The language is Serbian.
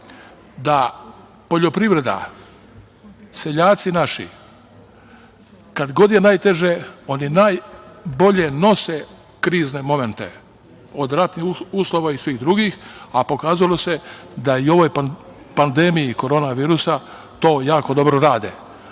da poljoprivreda, seljaci naši, kada god je najteže oni najbolje nose krizne momente, od ratnih uslova i svih drugih, a pokazalo se da i u ovoj pandemiji korona virusa to jako dobro rade.U